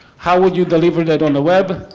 how would you deliver that on the web?